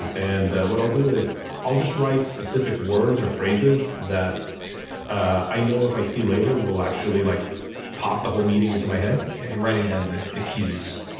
and and what i'll do is i'll just write specific words or phrases that i know if i see later will actually like pop the whole meeting into my head. yeah you're writing down the the queues.